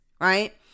right